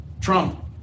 trump